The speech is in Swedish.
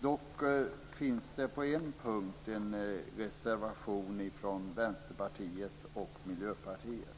Dock finns det på en punkt en reservation från Vänsterpartiet och Miljöpartiet